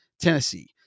Tennessee